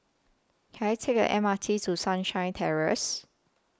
Can I Take A M R T to Sunshine Terrace